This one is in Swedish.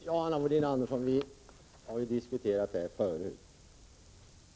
Herr talman! Vi har diskuterat det här tidigare, Anna Wohlin-Andersson.